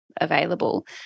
available